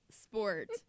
sport